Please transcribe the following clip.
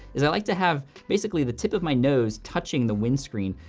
is i like to have basically the tip of my nose touching the windscreen,